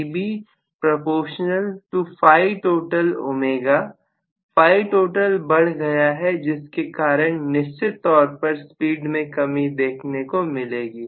φ total बढ़ गया है जिसके कारण निश्चित तौर पर स्पीड में कमी देखने को मिलेगी